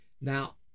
Now